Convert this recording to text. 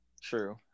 True